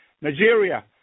Nigeria